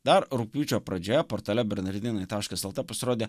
dar rugpjūčio pradžioje portale bernardinailt pasirodė